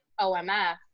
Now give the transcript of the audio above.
OMF